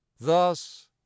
thus